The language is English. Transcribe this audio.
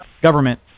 government